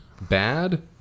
bad